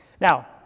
Now